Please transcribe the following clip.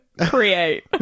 create